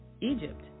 Egypt